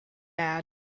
bad